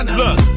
look